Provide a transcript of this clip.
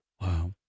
Wow